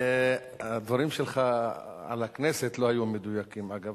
הדברים שלך על הכנסת לא היו מדויקים, אגב.